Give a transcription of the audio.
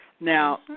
Now